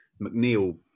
McNeil